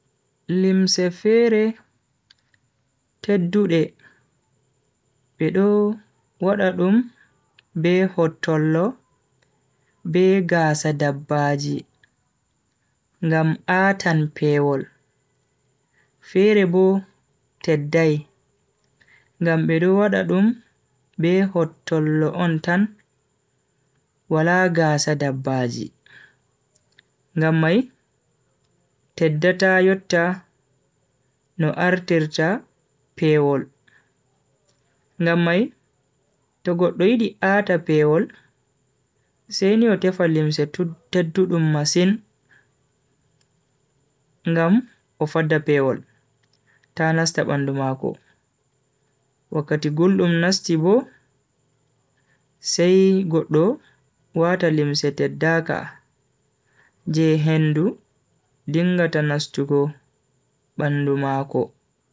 Voinuwo hite, nyibowo, bangaaro, mallumjo. Do pat kuude on je himbe huwata heba chede ngam be vallita hore mabbe be derdiraabe mabbe be bikkoi mabbe be kala mo woni les mabbe pat. Kude mai do nafa ummatoore ngam vallirki ko'e on.